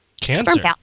cancer